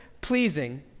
pleasing